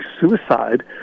suicide